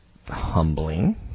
Humbling